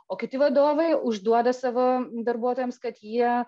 o kiti vadovai užduoda savo darbuotojams kad jie